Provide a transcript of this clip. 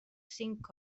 cinc